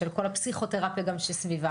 גם כל הפסיכותרפיה שסביבה